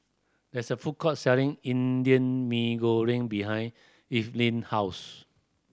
there is a food court selling Indian Mee Goreng behind Evelyne house